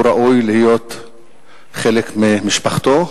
הוא ראוי להיות חלק ממשפחתו.